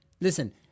Listen